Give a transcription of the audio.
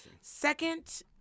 second